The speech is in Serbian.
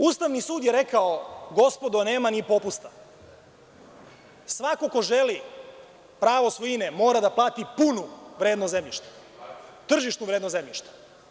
Ustavni sud je rekao – gospodo, nema ni popusta, svako ko želi pravo svojine mora da plati punu vrednost zemljišta, tržišnu vrednost zemljišta.